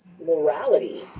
morality